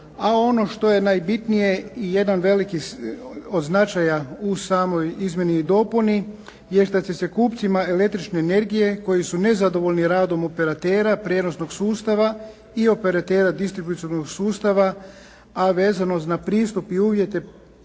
a ono što je najbitnije jedan veliki od značaj u samoj izmjeni i dopuni jest da će se kupcima električne energije koji su nezadovoljni radom operatera prijenosnog sustava i operatera distribucionog sustava, a vezano na pristup i uvjete